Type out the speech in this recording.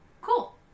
cool